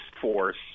force